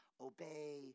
obey